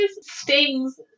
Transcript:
stings